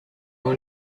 will